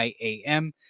IAM